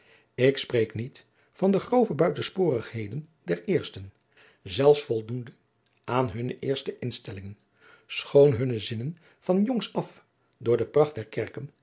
ik spreek niet van de grove buitensporigheden der eersten zelfs voldoende aan hunne eerste instellingen schoon hunne zinnen van jongs af door de pracht der kerken